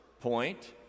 point